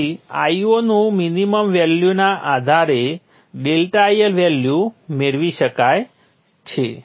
તેથી Io નું minimum વેલ્યુના આધારે ∆IL વેલ્યુ મેળવી શકાય છે